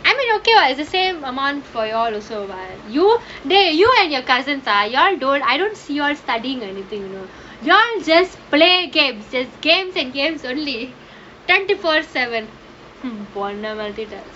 I mean okay [what] is the same you and your cousins are you all don't I don't see you are studying or anything you know you just play games games and games only twenty four seven போன வாட்டி:ponna vaatti task